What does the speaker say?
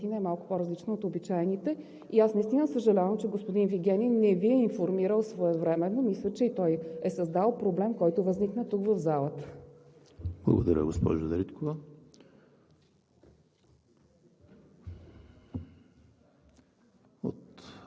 стриктно спазване на Правилника в случая, защото процедурата наистина е малко по-различна от обичайните. Аз наистина съжалявам, че господин Вигенин не Ви е информирал своевременно. Мисля, че и той е създал проблем, който възникна тук, в залата. (Реплики от „БСП за